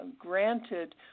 granted